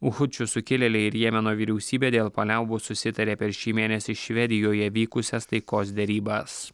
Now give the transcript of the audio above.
hučių sukilėliai ir jemeno vyriausybė dėl paliaubų susitarė per šį mėnesį švedijoje vykusias taikos derybas